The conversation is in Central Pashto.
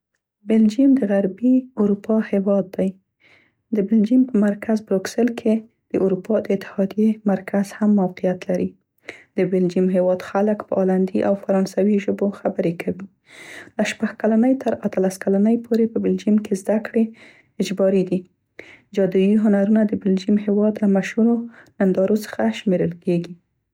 بلجیم د غربي اروپا هیواد دی. د بلجیم په مرکز بروکسل کې د اروپا د اتحادیې مرکز هم موقعیت لري. د بلجیم هیواد خلک په هالندي او فرانسوي ژبو خبرې کوي. له شپږ کلنۍ تر اتلس کلنۍ پورې په بلجیم کې زده کړې اجباري دي. جادويي هنرونه د بلجیم هیواد له مشهور نندارو څخه شمیرل کیګي.